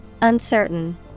Uncertain